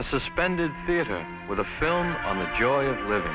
a suspended theater with a film on the joy